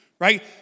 right